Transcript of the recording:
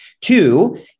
Two